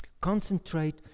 Concentrate